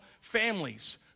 families